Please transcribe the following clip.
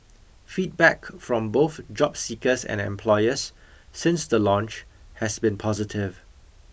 feedback from both job seekers and then employers since the launch has been positive